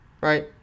right